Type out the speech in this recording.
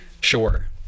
sure